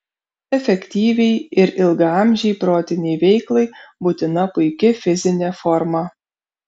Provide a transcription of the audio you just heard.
efektyviai ir ilgaamžei protinei veiklai būtina puiki fizinė forma